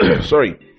Sorry